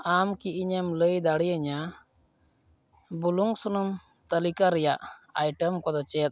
ᱟᱢᱠᱤ ᱤᱧᱮᱢ ᱞᱟᱹᱭ ᱫᱟᱲᱮᱭᱟᱹᱧᱟᱹ ᱵᱩᱞᱩᱝ ᱥᱩᱱᱩᱢ ᱛᱟᱞᱤᱠᱟ ᱨᱮᱱᱟᱜ ᱟᱭᱴᱮᱢ ᱠᱚᱫᱚ ᱪᱮᱫ